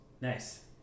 Nice